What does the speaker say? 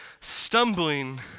stumbling